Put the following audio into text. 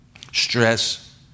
stress